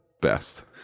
Best